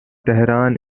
tehran